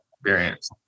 experience